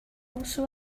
also